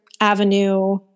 avenue